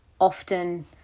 often